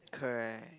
correct